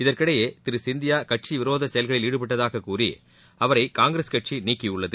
இதற்கிடையே திரு சிந்தியா கட்சி விரோத செயல்களில் ஈடுபட்டதாக கூறி அவரை காங்கிரஸ் கட்சி நீக்கியுள்ளது